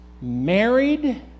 Married